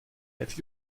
have